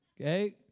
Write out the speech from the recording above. okay